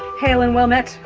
hail and well met,